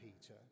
Peter